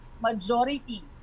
Majority